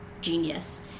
genius